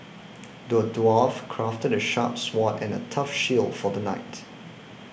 the dwarf crafted the sharp sword and a tough shield for the knight